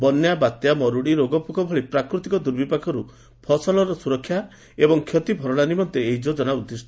ବନ୍ୟା ବାତ୍ୟା ମରୁଡ଼ି ରୋଗପୋକ ଭଳି ପ୍ରାକୃତିକ ଦୁର୍ବିପାକରୁ ଫସଲର ସୁରକ୍ଷା ଏବଂ ଷତି ଭରଣା ନିମନ୍ତେ ଏହି ଯୋଜନା ଉଦ୍ଦିଷ୍